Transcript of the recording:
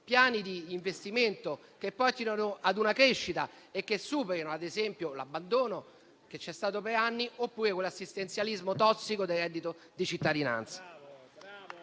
piani di investimento che aiutino la crescita e superino l'abbandono che c'è stato per anni, oppure l'assistenzialismo tossico del reddito di cittadinanza.